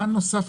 פן נוסף,